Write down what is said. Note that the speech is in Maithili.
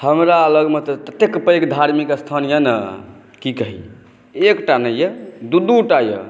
हमरा लगमे तऽ ततेक पैघ धार्मिक स्थान यऽ ने की कही एकटा नहि यऽ दू दूटा यऽ